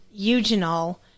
eugenol